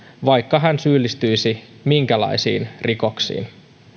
vaikka hän syyllistyisi minkälaisiin rikoksiin